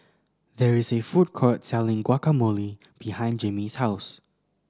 there is a food court selling Guacamole behind Jamie's house